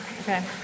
Okay